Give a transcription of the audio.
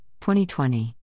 2020